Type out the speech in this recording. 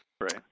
Right